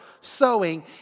sowing